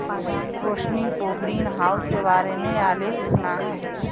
रोशिनी को ग्रीनहाउस के बारे में एक आलेख लिखना है